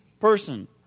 person